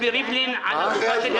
גם אני למדתי היום משהו.